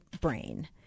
brain